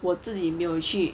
我自己没有去